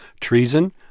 treason